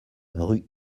rue